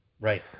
Right